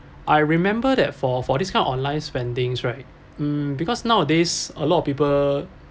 I remember that for for this kind of online spendings right mm because nowadays a lot of people